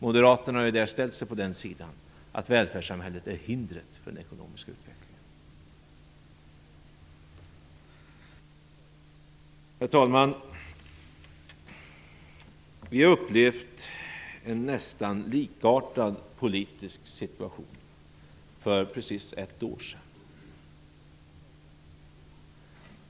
Moderaterna har där valt sida: Välfärdssamhället är ett hinder för den ekonomiska utvecklingen. Herr talman! Vi upplevde en nästan likartad politisk situation för precis ett år sedan.